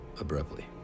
abruptly